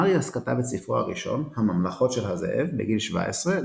מריאס כתב את ספרו הראשון "הממלכות של הזאב" בגיל 17,